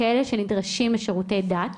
כאלה שנדרשים לשירותי דת,